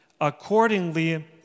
accordingly